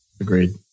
Agreed